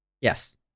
Yes